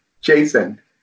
Jason